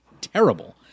terrible